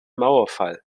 mauerfall